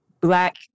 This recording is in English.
Black